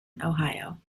ohio